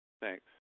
Thanks